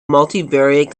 multivariate